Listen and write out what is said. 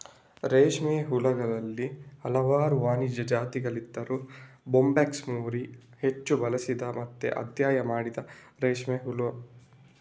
ರೇಷ್ಮೆ ಹುಳುಗಳಲ್ಲಿ ಹಲವಾರು ವಾಣಿಜ್ಯ ಜಾತಿಗಳಿದ್ದರೂ ಬಾಂಬಿಕ್ಸ್ ಮೋರಿ ಹೆಚ್ಚು ಬಳಸಿದ ಮತ್ತೆ ಅಧ್ಯಯನ ಮಾಡಿದ ರೇಷ್ಮೆ ಹುಳು